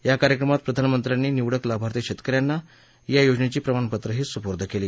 या कार्यक्रमात प्रधानमंत्र्यांनी निवडक लाभार्थी शेतकऱ्यांना या योजनेची प्रमाणपत्रंही सुपूर्द केली